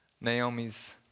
Naomi's